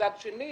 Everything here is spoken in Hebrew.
מצד שני